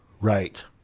right